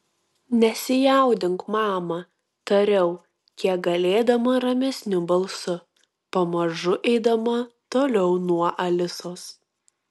nesijaudink mama tariau kiek galėdama ramesniu balsu pamažu eidama toliau nuo alisos